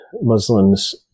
Muslims